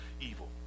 evil